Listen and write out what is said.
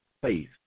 faith